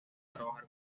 trabajar